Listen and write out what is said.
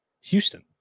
Houston